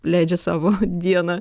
leidžia savo dieną